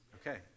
Okay